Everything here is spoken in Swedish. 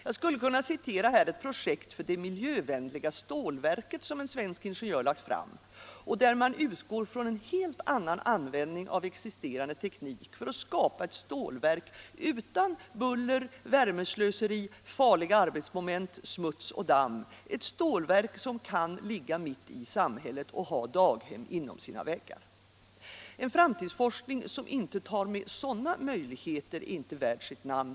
Här skulle jag kunna anföra ett projekt för ”det miljövänliga stålverket” som en svensk ingenjör lagt fram och där man utgår från en helt annan användning av existerande teknik för att skapa ett stålverk utan buller, värmeslöseri. farliga arbetsmoment, smuts och damm -— ett stålverk som kan ligga mitt i samhället och ha daghem inom sina väggar. En framtidsforskning som inte tar med sådana möjligheter är inte värd sitt namn.